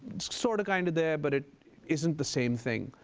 sort of kind of there but it isn't the same thing.